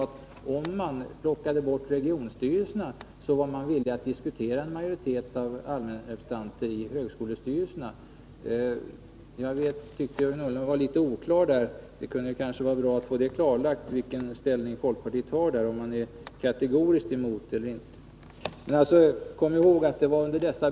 Tog man bort regionstyrelserna, var ju folkpartiet villigt att diskutera en majoritet av allmänrepresentanter i högskolestyrelserna. Jag tycker att Jörgen Ullenhag var litet oklar på den punkten. Det vore kanske bra att få veta vilken ståndpunkt folkpartiet intar, om folkpartiet kategoriskt är emot en majoritet av allmänrepresentanter i högskolestyrelserna eller ej.